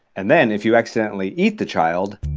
and then if you accidentally eat the child.